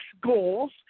goals